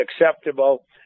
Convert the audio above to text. acceptable